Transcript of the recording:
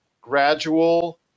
gradual